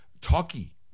talky